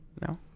No